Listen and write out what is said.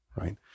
right